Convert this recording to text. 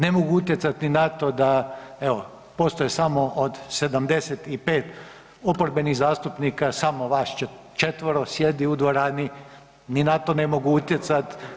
Ne mogu utjecati ni na to da evo postoje samo od 75 oporbenih zastupnika samo vas 4. sjedi u dvorani ni na to ne mogu utjecati.